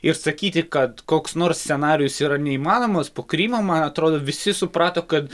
ir sakyti kad koks nors scenarijus yra neįmanomas po krymo man atrodo visi suprato kad